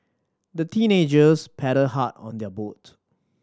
the teenagers paddled hard on their boat